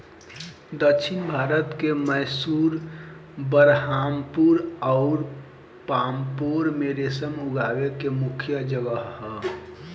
दक्षिण भारत के मैसूर, बरहामपुर अउर पांपोर में रेशम उगावे के मुख्या जगह ह